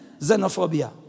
xenophobia